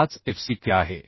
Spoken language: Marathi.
45Fck आहे